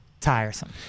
tiresome